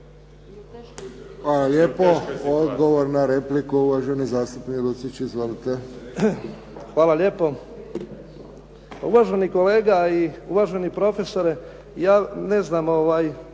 Hvala lijepo. Odgovor na repliku, uvaženi zastupnik Lucić. Izvolite. **Lucić, Franjo (HDZ)** Hvala lijepo. Uvaženi kolega i uvaženi profesore, ja ne znam, vi